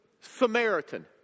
Samaritan